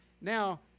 Now